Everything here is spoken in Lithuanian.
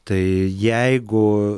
tai jeigu